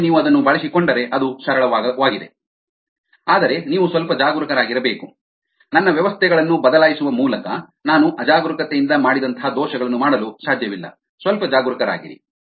ಒಮ್ಮೆ ನೀವು ಅದನ್ನು ಬಳಸಿಕೊಂಡರೆ ಅದು ಸರಳವಾಗಿದೆ ಆದರೆ ನೀವು ಸ್ವಲ್ಪ ಜಾಗರೂಕರಾಗಿರಬೇಕು ನನ್ನ ವ್ಯವಸ್ಥೆಗಳನ್ನು ಬದಲಾಯಿಸುವ ಮೂಲಕ ನಾನು ಅಜಾಗರೂಕತೆಯಿಂದ ಮಾಡಿದಂತಹ ದೋಷಗಳನ್ನು ಮಾಡಲು ಸಾಧ್ಯವಿಲ್ಲ ಸ್ವಲ್ಪ ಜಾಗರೂಕರಾಗಿರಿ